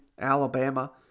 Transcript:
Alabama